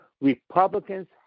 Republicans